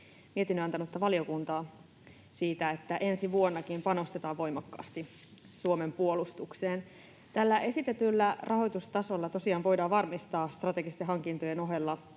mietinnön antanutta valiokuntaa siitä, että ensi vuonnakin panostetaan voimakkaasti Suomen puolustukseen. Tällä esitetyllä rahoitustasolla tosiaan voidaan varmistaa strategisten hankintojen ohella